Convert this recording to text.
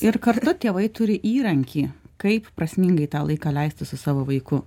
ir kartu tėvai turi įrankį kaip prasmingai tą laiką leisti su savo vaiku